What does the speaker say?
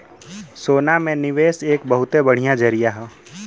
सोना में निवेस एक बहुते बढ़िया जरीया हौ